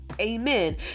Amen